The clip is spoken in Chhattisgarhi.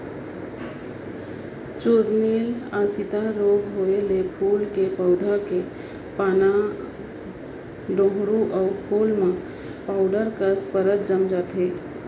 चूर्निल आसिता रोग होउए ले फूल के पउधा के पानाए डोंहड़ू अउ फूल म पाउडर कस परत जम जाथे